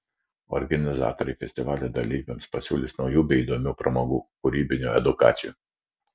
organizatoriai festivalio dalyviams pasiūlys naujų bei įdomių pramogų kūrybinių edukacijų